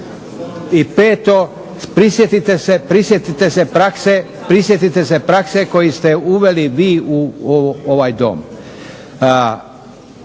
prakse, prisjetite se prakse koju ste uveli vi u ovaj Dom,